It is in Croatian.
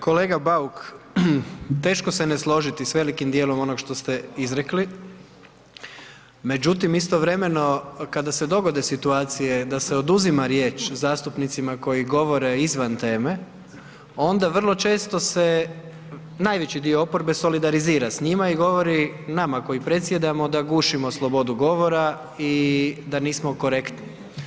Kolega Bauk teško se ne složiti s velikim dijelom onog što ste izrekli, međutim istovremeno kada se dogode situacije da se oduzima riječ zastupnicima koji govore izvan teme, onda vrlo često se najveći dio oporbe solidarizira s njima i govori nama koji predsjedamo da gušimo slobodu govora i da nismo korektni.